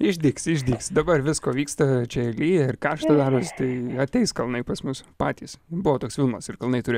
išdygs išdygs dabar visko vyksta čia lyja ir karšta daros tai ateis kalnai pas mus patys buvo toks filmas ir kalnai turi